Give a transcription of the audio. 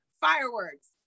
Fireworks